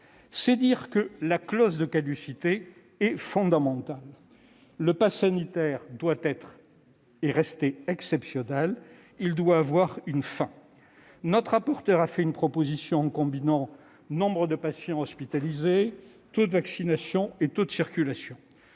C'est dire si la clause de caducité est fondamentale. Le passe sanitaire doit être et rester exceptionnel, il doit avoir une fin. Le rapporteur a avancé une proposition combinant nombre de patients hospitalisés, taux de vaccination et taux de circulation